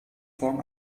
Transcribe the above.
form